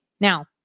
Now